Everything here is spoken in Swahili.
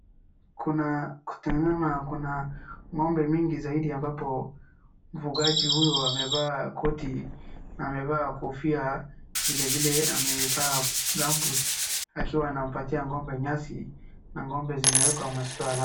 Kuna ng'ombe mingi zaidi ambapo mfugaji huyu amevaa koti na amevaa kofia, vilevile amevaa gumboot akiwa anampatia ng'ombe nyasi na ng'ombe zimewekwa maskio alama.